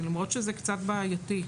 למרות שזה קצת בעייתי.